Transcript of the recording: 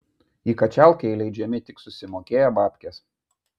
į kačialkę įleidžiami tik susimokėję babkes